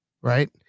Right